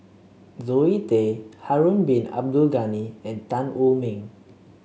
Zoe Tay Harun Bin Abdul Ghani and Tan Wu Meng